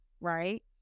Right